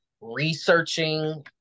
researching